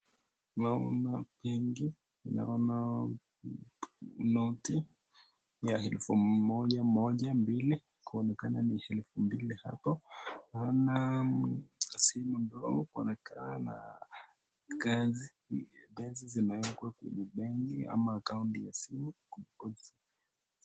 Naona benki, naona noti ya elfu moja moja mbili kuonekana ni elfu mbili hapo, naona simu ndogo inakaa ya kazi ,pesa zimewekwa kwenye benki ama akaunti ya simu ku deposit .